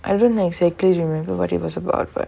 I didn't exactly remember what it was about